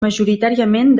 majoritàriament